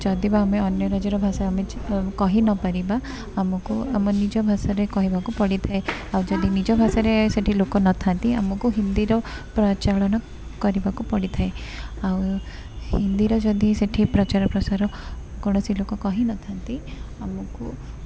ଯଦି ବା ଆମେ ଅନ୍ୟ ରାଜ୍ୟର ଭାଷା ଆମେ କହି ନପାରିବା ଆମକୁ ଆମ ନିଜ ଭାଷାରେ କହିବାକୁ ପଡ଼ିଥାଏ ଆଉ ଯଦି ନିଜ ଭାଷାରେ ସେଠି ଲୋକ ନଥାନ୍ତି ଆମକୁ ହିନ୍ଦୀର ପ୍ରଚଳନ କରିବାକୁ ପଡ଼ିଥାଏ ଆଉ ହିନ୍ଦୀର ଯଦି ସେଠି ପ୍ରଚାର ପ୍ରସାର କୌଣସି ଲୋକ କହିନଥାନ୍ତି ଆମକୁ